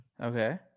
Okay